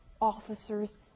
officers